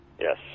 Yes